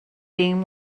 being